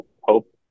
hope